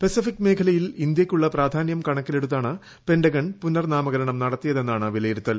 Pacific മേഖലയിൽ ഇന്തൃയ്ക്കുള്ള പ്രാധാനൃം കണക്കിലെടുത്താണ് പെന്റഗൺ പുനർനാമകരണം നടത്തിയതെന്നാണ് വിലയിരുത്തൽ